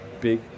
big